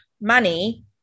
money